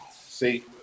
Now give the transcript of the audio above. See